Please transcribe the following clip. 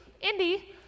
Indy